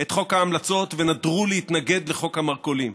את חוק ההמלצות ונדרו להתנגד לחוק המרכולים.